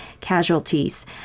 casualties